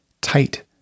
tight